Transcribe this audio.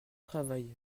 travail